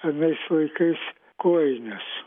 anais laikais kojines